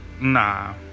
Nah